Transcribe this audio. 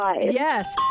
Yes